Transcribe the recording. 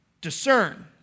discern